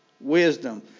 wisdom